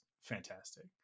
fantastic